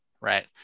Right